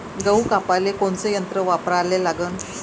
गहू कापाले कोनचं यंत्र वापराले लागन?